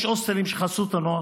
יש הוסטלים של חסות הנוער,